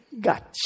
gotcha